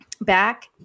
back